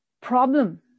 problem